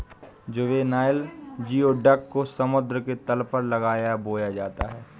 juvenile geoduck को समुद्र के तल पर लगाया है या बोया जाता है